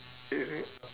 is it